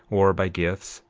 or by gifts,